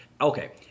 Okay